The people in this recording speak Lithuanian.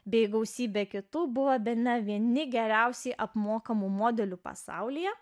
bei gausybė kitų buvo bene vieni geriausiai apmokamų modelių pasaulyje